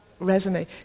resonate